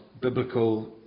biblical